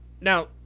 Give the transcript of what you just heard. Now